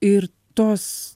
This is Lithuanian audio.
ir tos